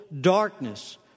darkness